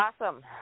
Awesome